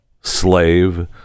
slave